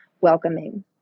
welcoming